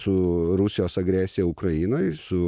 su rusijos agresija ukrainoj su